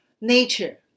nature